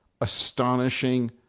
astonishing